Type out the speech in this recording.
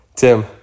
Tim